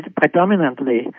predominantly